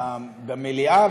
במליאה,